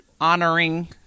honoring